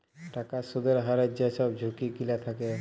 টাকার সুদের হারের যে ছব ঝুঁকি গিলা থ্যাকে